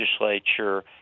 legislature